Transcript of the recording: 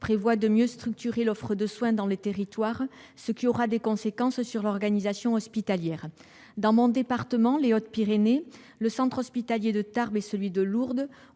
prévoit de mieux structurer l'offre de soins dans les territoires, ce qui aura des conséquences sur l'organisation hospitalière. Dans mon département, les Hautes-Pyrénées, le centre hospitalier de Tarbes et celui de Lourdes